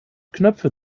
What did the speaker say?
knöpfe